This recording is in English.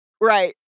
Right